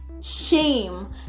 shame